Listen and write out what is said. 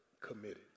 committed